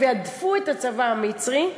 והדפו את הצבא המצרי.